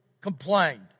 complained